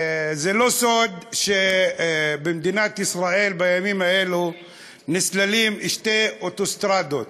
זה לא סוד שבמדינת ישראל בימים האלה נסללות שתי אוטוסטרדות